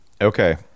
Okay